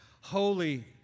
holy